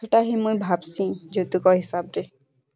ହେଟା ହିଁ ମୁଁ ଭାବ୍ସି ଯୌତୁକ ହିସାବରେ